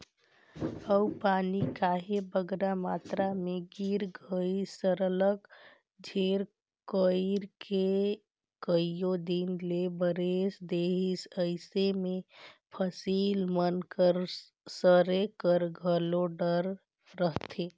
अउ पानी कहांे बगरा मातरा में गिर गइस सरलग झेर कइर के कइयो दिन ले बरेस देहिस अइसे में फसिल मन कर सरे कर घलो डर रहथे